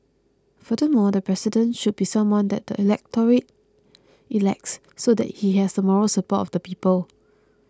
furthermore the President should be someone that the electorate elects so that he has the moral support of the people